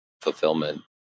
fulfillment